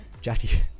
Jackie